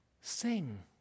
Sing